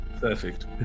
perfect